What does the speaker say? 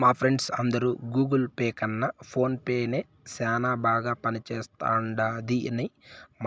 మా ఫ్రెండ్స్ అందరు Google Pay కన్న ఫోన్ పే నే సేనా బాగా పనిచేస్తుండాదని